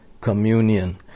communion